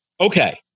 Okay